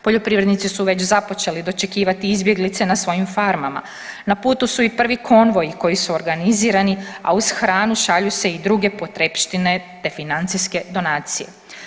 Poljoprivrednici su već započeli dočekivati izbjeglice na svojim farmama, na putu su i prvi konvoji koji su organizirani, a uz hranu šalju se i druge potrepštine te financijske donacije.